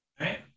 Right